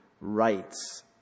Rights